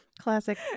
Classic